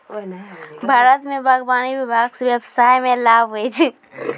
भारत मे बागवानी विभाग से व्यबसाय मे लाभ हुवै छै